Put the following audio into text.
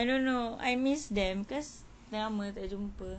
I don't know I miss them cause dah lama tak jumpa